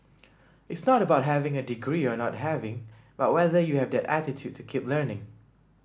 it's not about having a degree or not having but whether you have that attitude to keep learning